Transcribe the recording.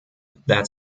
that